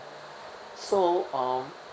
so um